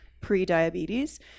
pre-diabetes